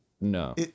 No